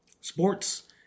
sports